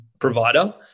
provider